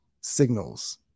signals